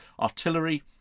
artillery